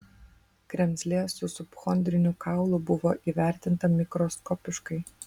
kremzlė su subchondriniu kaulu buvo įvertinta mikroskopiškai